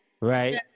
Right